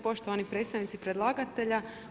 Poštovani predstavnici predlagatelja.